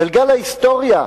גלגל ההיסטוריה,